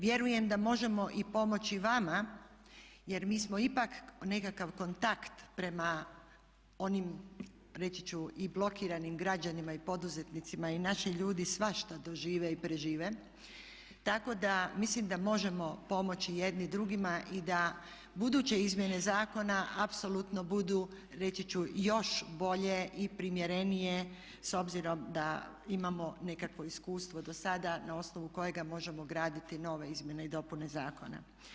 Vjerujem da možemo i pomoći vama jer mi smo ipak nekakav kontakt prema onim reći ću i blokiranim građanima i poduzetnicima i naši ljudi svašta dožive i prežive, tako da mislim da možemo pomoći jedni drugima i da buduće izmjene zakona apsolutno budu reći ću još bolje i primjerenije s obzirom da imamo nekakvo iskustvo do sada na osnovu kojega možemo graditi nove izmjene i dopune zakona.